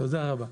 תודה רבה.